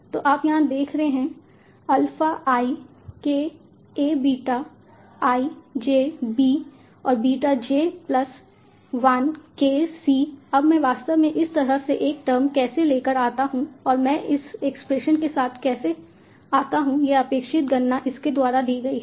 तो आप यहाँ देख रहे हैं alpha i k A beta i j B और beta j plus 1 k C अब मैं वास्तव में इस तरह से एक टर्म कैसे ले कर आता हूं और मैं इस एक्सप्रेशन के साथ कैसे आता हूं यह अपेक्षित गणना इसके द्वारा दी गई है